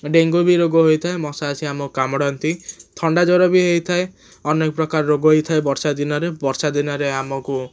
dengue ବି ରୋଗ ହୋଇଥାଏ ମଶା ଆସିକି ଆମକୁ କାମୁଡ଼ନ୍ତି ଥଣ୍ଡା ଜ୍ୱର ବି ହେଇଥାଏ ଅନେକପ୍ରକାର ରୋଗ ହେଇଥାଏ ବର୍ଷାଦିନରେ ବର୍ଷାଦିନରେ ଆମକୁ